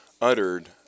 uttered